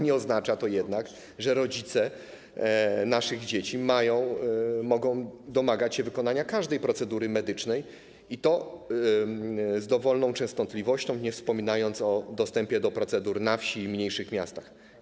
Nie oznacza to jednak, że rodzice naszych dzieci mogą domagać się wykonania każdej procedury medycznej, i to z dowolną częstotliwością, nie wspominając o dostępie do procedur na wsi i w mniejszych miastach.